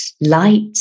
light